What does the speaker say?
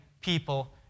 people